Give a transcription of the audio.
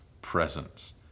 presence